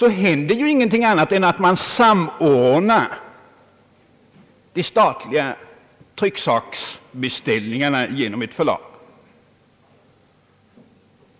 är det ju bara fråga om att samordna de statliga trycksaksbeställningarna genom ett förlag.